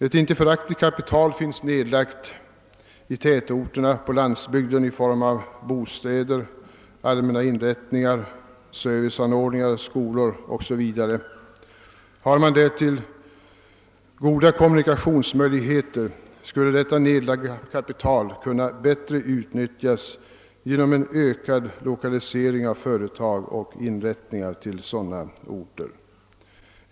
Ett inte föraktligt kapital finns nedlagt i tätorter på landsbygden i form av bostäder, allmänna inrättningar, serviceanordningar, skolor o.s. v. Har man därtill goda kommunikationsmöjligheter skulle detta nedlagda kapital bättre kunna utnyttjas genom en ökad lokalisering av företag och serviceinrättningar till sådana orter.